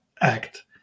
act